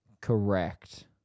Correct